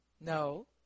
No